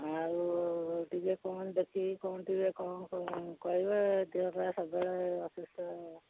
ଆଉ ଟିକେ କ'ଣ ଦେଖିକି କ'ଣ ଟିକେ କ'ଣ କହିବେ ଦେହଟା ସବୁବେଳେ ଅସୁସ୍ଥ